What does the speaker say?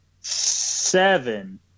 Seven